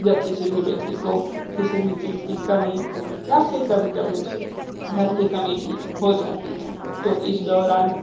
जब किसी भी व्यक्ति को किसी भी चीज़ की कमी या फिर कभी कभी उसे धन की कमी भी हो जाती है तो इस दौरान